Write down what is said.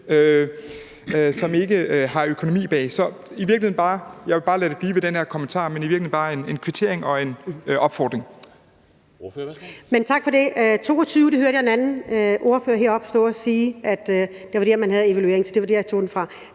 som vi ikke har økonomien til. Jeg vil lade det blive ved den her kommentar – det er i virkeligheden bare en kvittering og en opfordring.